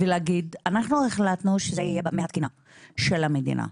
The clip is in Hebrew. ולהגיד שהם החליטו שזה יהיה מהתקינה של המדינה,